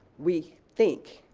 we think,